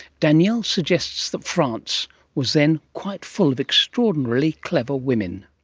danielle suggests that france was then quite full of extraordinarily clever women.